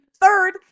Third